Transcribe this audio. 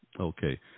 Okay